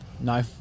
No